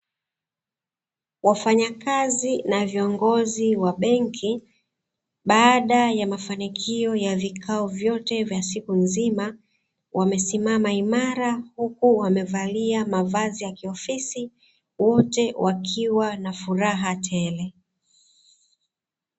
Wafanyakazi na viongozi wa benki, baada ya mafanikio ya vikao vyote vya siku nzima, wamesimama imara huku wamevalia mavazi ya kiofisi, wote wakiwa na furaha tele.